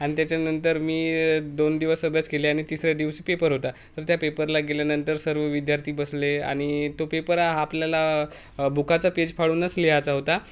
आणि त्याच्यानंतर मी दोन दिवस अभ्यास केली आणि तिसऱ्या दिवशी पेपर होता तर त्या पेपरला गेल्यानंतर सर्व विद्यार्थी बसले आणि तो पेपर हा आपल्याला बुकाचा पेज फाडूनच लिहायचा होता